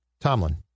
Tomlin